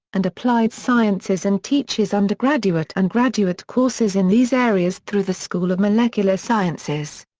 and applied sciences and teaches undergraduate and graduate courses in these areas through the school of molecular sciences.